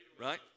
Right